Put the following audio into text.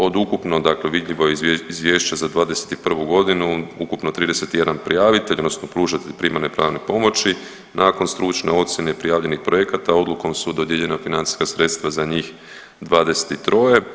Od ukupno dakle vidljivo je izvješća za '21. godinu, ukupno 31 prijavitelj odnosno pružatelj primarne pravne pomoći, nakon stručne ocjene prijavljenih projekata odlukom su dodijeljena financijska sredstva za njih 23.